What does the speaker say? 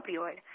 opioid